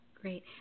Great